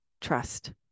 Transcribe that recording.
trust